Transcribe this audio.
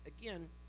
Again